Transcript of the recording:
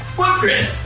flipgrid.